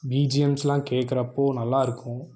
பிஜிஎம்ஸெலாம் கேட்குறப்போ நல்லா இருக்கும்